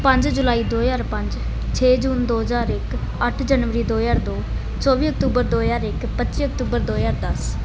ਪੰਜ ਜੁਲਾਈ ਦੋ ਹਜ਼ਾਰ ਪੰਜ ਛੇ ਜੂਨ ਦੋ ਹਜ਼ਾਰ ਇੱਕ ਅੱਠ ਜਨਵਰੀ ਦੋ ਹਜ਼ਾਰ ਦੋ ਚੌਵੀ ਅਕਤੂਬਰ ਦੋ ਹਜ਼ਾਰ ਇੱਕ ਪੱਚੀ ਅਕਤੂਬਰ ਦੋ ਹਜ਼ਾਰ ਦਸ